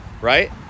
right